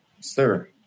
sir